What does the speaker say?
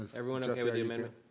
everyone okay with the amendment?